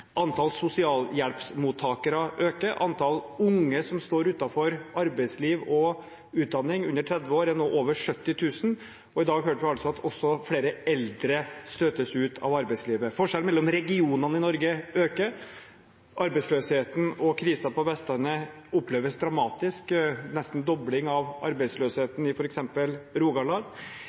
sosialhjelpsmottakere øker, antall unge under 30 år som står utenfor arbeidsliv og utdanning, er nå over 70 000, og i dag hørte vi at også flere eldre støtes ut av arbeidslivet. Forskjellen mellom regionene i Norge øker, arbeidsløsheten og krisen på Vestlandet oppleves dramatisk – det er nesten en dobling av antall arbeidsløse i f.eks. Rogaland.